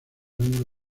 años